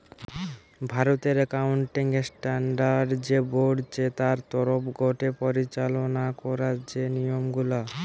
ভারতের accounting standard যে board চে তার তরফ গটে পরিচালনা করা যে নিয়ম গুলা